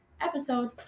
episode